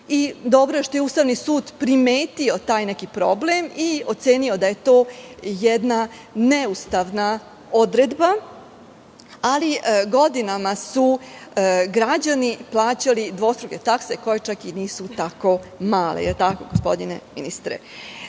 susret. Dobro je što je Ustavni sud primetio taj neki problem i ocenio da je to jedna neustavna odredba, ali godinama su građani plaćali dvostruke takse koje čak i nisu tako male. Je li tako, gospodine ministre?